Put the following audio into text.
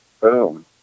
boom